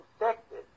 infected